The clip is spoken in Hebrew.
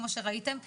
כמו שראיתם.